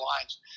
lines